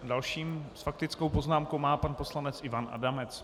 Dalším s faktickou poznámkou pan poslanec Ivan Adamec.